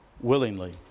willingly